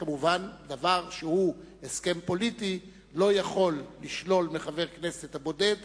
כמובן דבר שהוא הסכם פוליטי לא יכול לשלול מחבר הכנסת הבודד